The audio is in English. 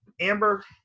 amber